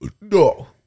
No